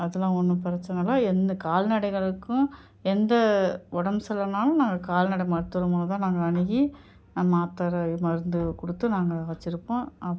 அதெல்லாம் ஒன்றும் பிரச்சனைல்ல எந்த கால்நடைகளுக்கும் எந்த உடம்பு சரில்லனாலும் நாங்கள் கால்நடை மருத்துவர் மூலம் தான் நாங்கள் அணுகி மாத்தரை மருந்து கொடுத்து நாங்கள் வைச்சுருப்போம் அப்